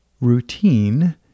routine